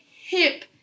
hip